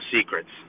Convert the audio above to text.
secrets